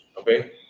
okay